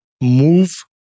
move